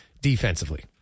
defensively